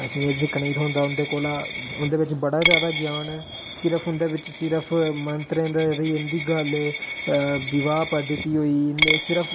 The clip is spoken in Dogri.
असेंगी एह् सिक्खने गी थ्होंदा उं'दे कोला उ'नेंगी बड़ा जैदा ज्ञान ऐ सिर्फ उं'दे बिच सिर्फ मंत्रें दी इं'दी गल्ल विवाह पद्धति होई गेई इं'दे सिर्फ